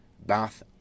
bath